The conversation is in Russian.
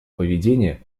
поведения